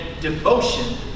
devotion